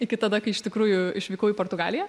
iki tada kai iš tikrųjų išvykau į portugaliją